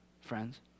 friends